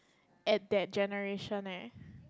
at that generation leh